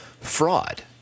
fraud